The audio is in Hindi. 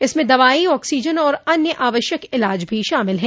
इसमें दवाई ऑक्सीजन और अन्य आवश्यक इलाज भी शामिल हैं